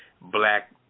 black